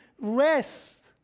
rest